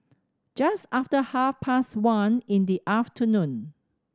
just after half past one in the afternoon